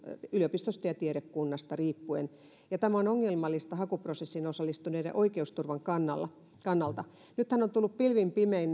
yliopistosta ja tiedekunnasta riippuen ja tämä on ongelmallista hakuprosessiin osallistuneiden oikeusturvan kannalta nythän on tullut pilvin pimein